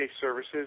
Services